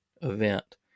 event